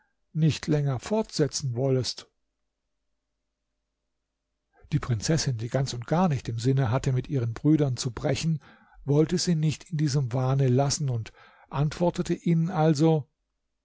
nicht länger fortsetzen wollest die prinzessin die ganz und gar nicht im sinne hatte mit ihren brüdern zu brechen wollte sie nicht in diesem wahne lassen und antwortete ihnen also